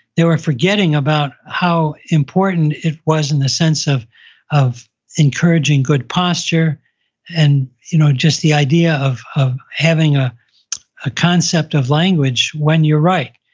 they were forgetting about how important it was in the sense of of encouraging good posture and you know, just the idea of of having a ah concept of language when you write.